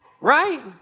Right